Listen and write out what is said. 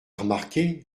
remarqué